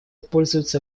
пользуется